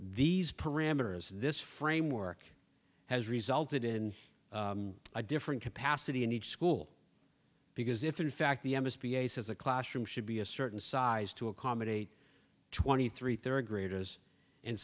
these parameters this framework has resulted in a different capacity in each school because if in fact the m s b ace's a classroom should be a certain size to accommodate twenty three third graders